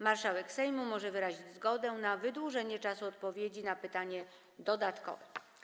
Marszałek Sejmu może wyrazić zgodę na wydłużenie czasu odpowiedzi na pytanie dodatkowe.